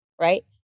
right